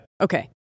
Okay